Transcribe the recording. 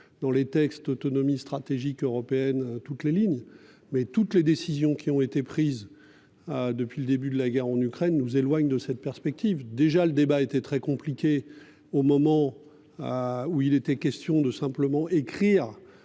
Dans les textes autonomie stratégique européenne. Toutes les lignes mais toutes les décisions qui ont été prises. Depuis le début de la guerre en Ukraine nous éloigne de cette perspective. Déjà le débat était très compliqué au moment à où il était question de simplement écrire